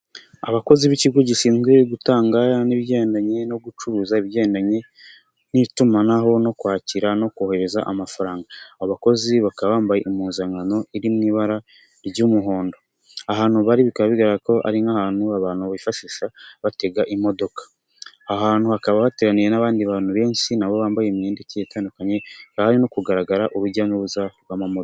Abakozi b'ikigo gishinzwe gutanga n'ibigendanye no gucuruza ibigendanye n'itumanaho no kwakira no kohereza amafaranga. Abakozi bakaba bambaye impuzankano iri mu ibara ry'umuhondo. Ahantu bari bikaba bigaragara ko ari nk'ahantu abantu bifashisha batega imodoka. Ahantu hakaba hateraniye n'abandi bantu benshi nabo bambaye imyenda igiye itandukanye. Hakaba hari no kugaragara urujya n'uruza rw'amamoto.